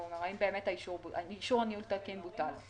האם באמת אישור הניהול תקין בוטל.